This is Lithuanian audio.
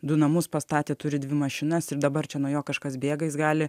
du namus pastatė turi dvi mašinas ir dabar čia nuo jo kažkas bėga jis gali